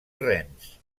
rennes